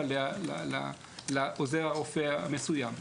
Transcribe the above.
בגלל שאין כרגע רופא מהר"י שמכיר את השטח ועומד מאחוריה.